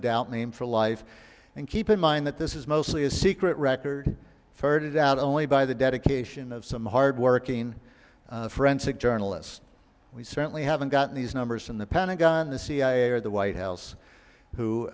doubt maimed for life and keep in mind that this is mostly a secret record third it out only by the dedication of some hard working forensic journalists we certainly haven't gotten these numbers from the pentagon the cia or the white house who